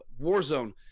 Warzone